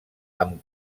amb